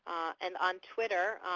and on twitter,